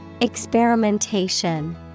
Experimentation